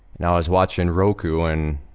now, i was watching roku and,